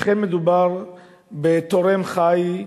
אכן, מדובר בתורם חי,